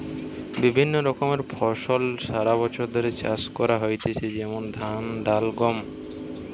বিভিন্ন রকমের ফসল সারা বছর ধরে চাষ করা হইতেছে যেমন ধান, ডাল, গম